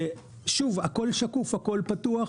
הכול שקוף, הכול פתוח.